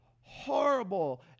horrible